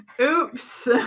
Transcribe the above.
Oops